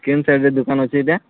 କେନ୍ ସାଇଡ଼୍ରେ ଅଛେ ଦୁକାନ୍ ଇଟା